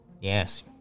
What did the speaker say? Yes